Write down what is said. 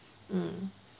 mm